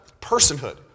personhood